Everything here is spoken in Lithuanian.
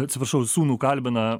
atsiprašau sūnų kalbina